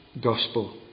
gospel